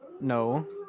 No